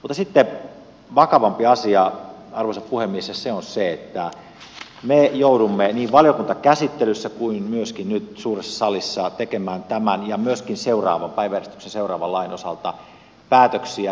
mutta sitten vakavampi asia arvoisa puhemies ja se on se että me joudumme niin valiokuntakäsittelyssä kuin myöskin nyt suuressa salissa tekemään tämän ja myöskin päiväjärjestyksen seuraavan lain osalta päätöksiä vaillinaisin tiedoin